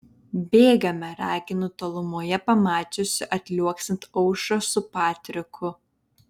bėgame raginu tolumoje pamačiusi atliuoksint aušrą su patriku